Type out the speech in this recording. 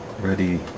ready